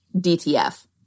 DTF